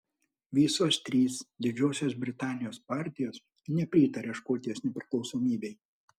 visos trys didžiosios britanijos partijos nepritaria škotijos nepriklausomybei